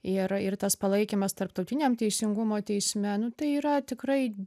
ir ir tas palaikymas tarptautiniam teisingumo teisme nu tai yra tikrai